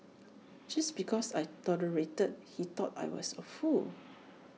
just because I tolerated he thought I was A fool